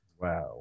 Wow